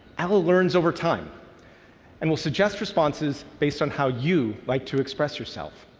allo learns over time and will suggest responses based on how you like to express yourself.